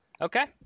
Okay